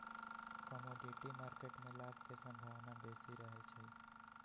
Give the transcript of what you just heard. commodity market में लाभ के संभावना बेशी रहइ छै